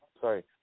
Sorry